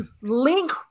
Link